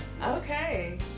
Okay